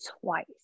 twice